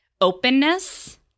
openness